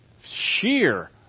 sheer